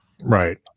right